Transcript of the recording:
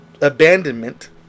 abandonment